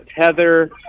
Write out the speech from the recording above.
tether